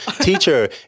Teacher